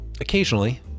occasionally